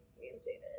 reinstated